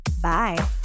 Bye